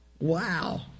Wow